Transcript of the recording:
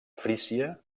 frísia